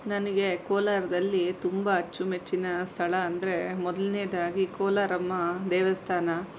ನನಗೆ ಕೋಲಾರದಲ್ಲಿ ತುಂಬ ಅಚ್ಚುಮೆಚ್ಚಿನ ಸ್ಥಳ ಅಂದರೆ ಮೊದಲನೇದಾಗಿ ಕೋಲಾರಮ್ಮ ದೇವಸ್ಥಾನ